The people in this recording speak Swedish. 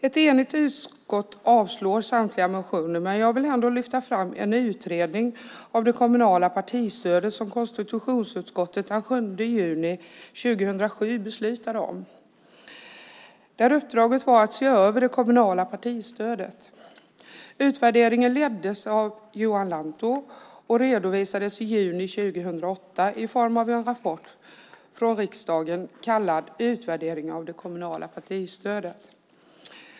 Ett enigt utskott avstyrker samtliga motioner, men jag vill ändå lyfta fram den utredning av det kommunala partistödet som konstitutionsutskottet den 7 juni 2007 beslutade om. Där var uppdraget att se över det kommunala partistödet. Utvärderingen leddes av Johan Lantto och redovisades i juni 2008 i form av en rapport från riksdagen kallad Utvärdering av det kommunala partistödet .